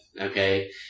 okay